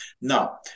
Now